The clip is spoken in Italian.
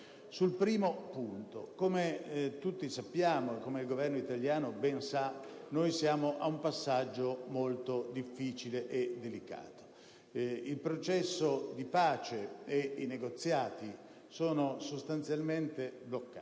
Sul primo punto, come tutti sappiamo, come il Governo italiano ben sa, siamo a un passaggio molto difficile e delicato: il processo di pace e i negoziati sono sostanzialmente bloccati